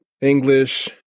English